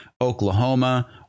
Oklahoma